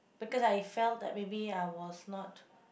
because I felt that maybe I was not